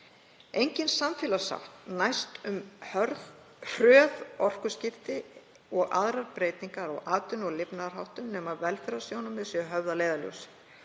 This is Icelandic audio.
Engin samfélagssátt næst um hröð orkuskipti og aðrar breytingar á atvinnu- og lifnaðarháttum nema velferðarsjónarmið séu höfð að leiðarljósi